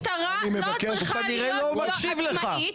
המשטרה לא צריכה להיות לא עצמאית,